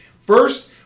First